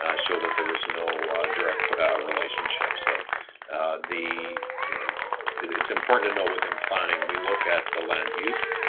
ah show that there was no direct relationship, so the you know it's important to know within planning we look at the land use,